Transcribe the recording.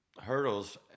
hurdles